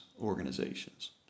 organizations